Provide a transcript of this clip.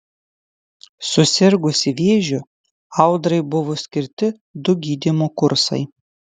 susirgusi vėžiu audrai buvo skirti du gydymo kursai